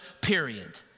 period